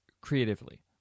creatively